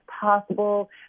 possible